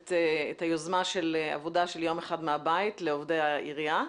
את היוזמה של עבודה של יום אחד מהבית לעובדי העירייה.